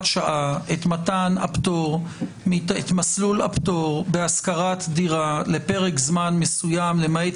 שעה את מסלול הפטור בהשכרת דירה לפרק זמן מסוים למעט